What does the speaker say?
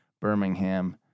Birmingham